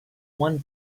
one